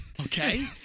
Okay